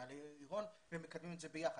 ממעלה עירון, והם מקדמים את זה ביחד.